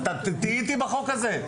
אז תהיי איתי בחוק הזה, תצטרפי אלי.